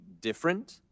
different